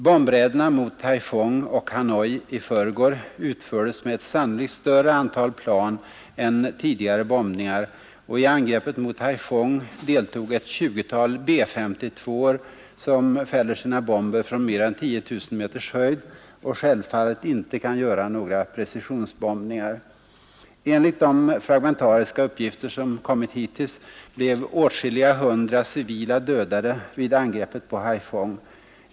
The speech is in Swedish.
Bombräderna mot Haiphong och Hanoi i förrgår utfördes med ett sannolikt större antal plan än tidigare bombningar, och i angreppet mot Haiphong deltog ett tjugotal B-S2:or som fäller sina bomber från mer än 10 000 meters höjd och självfallet inte kan göra några precisionsbombningar. Enligt de fragmentariska uppgifter som kommit hittills blev ”åtskilliga hundra civila” dödade vid angreppet på Haiphong.